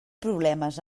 problemes